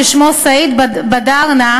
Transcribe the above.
ששמו סעיד בדארנה,